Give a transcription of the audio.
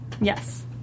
Yes